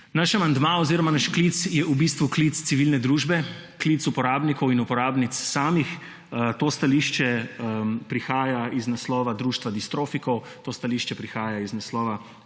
Naš amandma oziroma naš klic je v bistvu klic civilne družbe, klic uporabnikov in uporabnic samih. To stališče prihaja z naslova Društva distrofikov, to stališče prihaja iz naslova